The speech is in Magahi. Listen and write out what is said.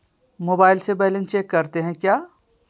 मोबाइल से बैलेंस चेक करते हैं क्या?